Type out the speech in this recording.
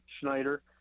Schneider